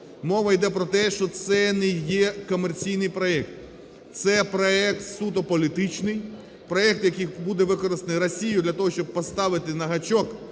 Мова йде про те, що це не є комерційний проект, це проект суто політичний, проект, який буде використаний Росією для того, щоб поставити на гачок,